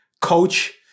coach